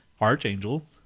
Archangel